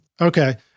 Okay